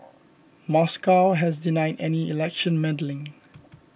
Moscow has denied any election meddling